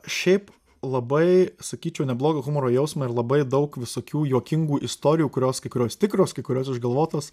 šiaip labai sakyčiau neblogą humoro jausmą ir labai daug visokių juokingų istorijų kurios kai kurios tikros kai kurios išgalvotos